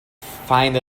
find